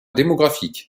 démographique